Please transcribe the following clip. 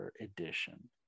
edition